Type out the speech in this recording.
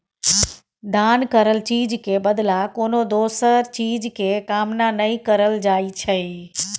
दान करल चीज के बदला कोनो दोसर चीज के कामना नइ करल जाइ छइ